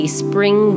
spring